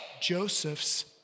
Joseph's